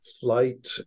flight